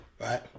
Right